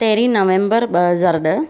तेरहीं नवेंबर ॿ हज़ार ॾह